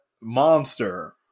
monster